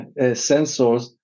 sensors